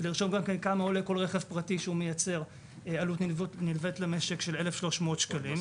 לרשום גם כמה עולה כל רכב פרטי שמייצר עלות נלווית למשק של 1,300 שקלים.